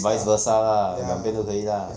vice versa lah 两边都可以 lah